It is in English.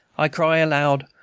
i cried aloud,